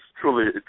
truly